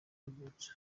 yavutse